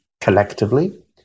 collectively